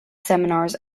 seminars